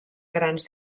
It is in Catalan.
grans